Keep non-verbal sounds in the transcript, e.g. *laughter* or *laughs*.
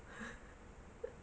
*laughs*